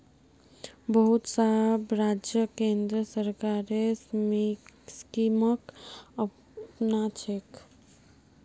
बहुत सब राज्य केंद्र सरकारेर स्कीमक अपनाछेक